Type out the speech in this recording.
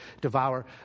devour